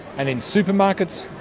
and in supermarkets,